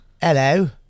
Hello